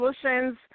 solutions